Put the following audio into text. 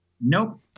Nope